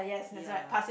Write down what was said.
ya